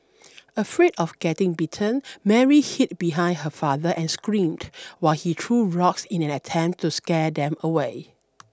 afraid of getting bitten Mary hid behind her father and screamed while he threw rocks in an attempt to scare them away